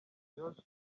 josh